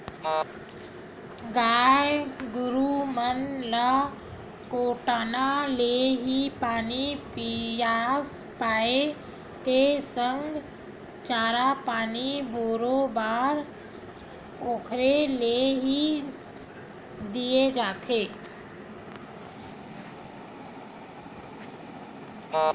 गाय गरु मन ल कोटना ले ही पानी पसिया पायए के संग चारा पानी बरोबर ओखरे ले ही देय जाथे